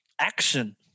Action